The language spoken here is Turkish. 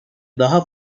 daha